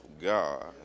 god